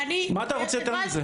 מה אתה רוצה יותר מזה?